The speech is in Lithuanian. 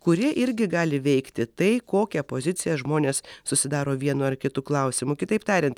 kurie irgi gali veikti tai kokią poziciją žmonės susidaro vienu ar kitu klausimu kitaip tariant